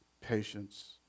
patience